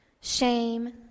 shame